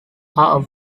are